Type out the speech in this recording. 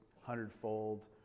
hundredfold